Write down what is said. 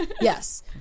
Yes